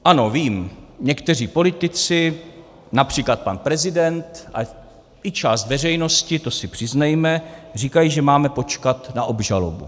Ano, vím, někteří politici, například pan prezident i část veřejnosti, to si přiznejme, říkají, že máme počkat na obžalobu.